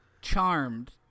charmed